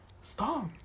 Stop